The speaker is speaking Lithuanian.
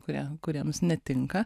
kurie kuriems netinka